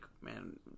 man